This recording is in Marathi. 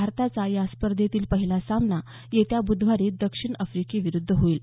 भारताचा या स्पर्धेतील पहिला सामना येत्या ब्धवारी दक्षिण अफ्रिके विरुध्द होईल